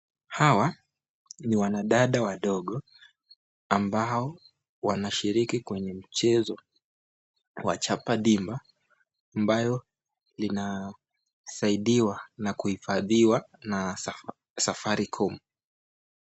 Hawa ni wanadada wadogo ambao wanashiriki kwenye mchezo wa chapa dimba ambayo linasaidiwa na kuhifadhiwa na Safaricom.